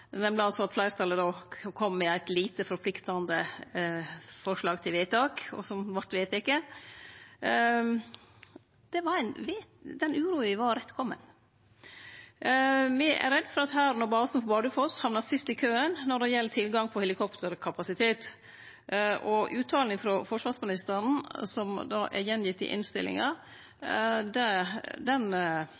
at fleirtalet kom med eit lite forpliktande forslag til vedtak, og som vart vedteke – rettkomen. Me er redde for at Hæren og basen på Bardufoss hamnar sist i køen når det gjeld tilgang på helikopterkapasitet. Uttalen frå forsvarsministeren, som er gjeven att i innstillinga,